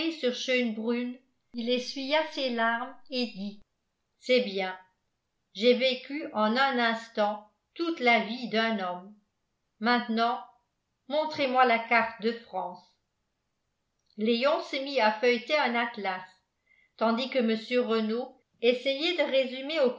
sur schoenbrunn il essuya ses larmes et dit c'est bien j'ai vécu en un instant toute la vie d'un homme maintenant montrez-moi la carte de france léon se mit à feuilleter un atlas tandis que mr renault essayait de résumer